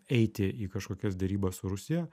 eiti į kažkokias derybas su rusija